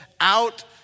out